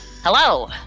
hello